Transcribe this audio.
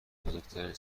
بزرگترین